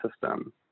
system